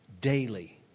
Daily